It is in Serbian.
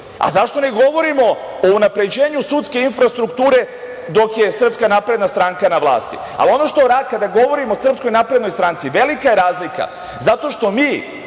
Zašto ne govorimo o unapređenju sudske infrastrukture dok je Srpska napredna stranka na vlasti? Kada govorimo o Srpskoj naprednoj stranci, velika je razlika zato što mi,